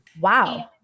Wow